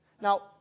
Now